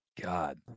God